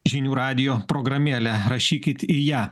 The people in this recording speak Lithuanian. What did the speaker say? žinių radijo programėlė rašykit į ją